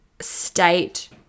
state-